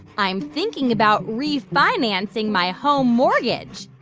i'm thinking about refinancing my home mortgage.